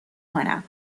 کنم